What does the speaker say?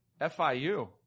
FIU